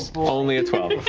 so only a twelve.